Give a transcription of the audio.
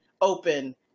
open